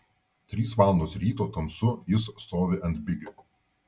trys valandos ryto tamsu jis stovi ant bigių